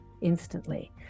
instantly